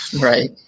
Right